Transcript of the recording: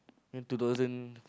in two thousand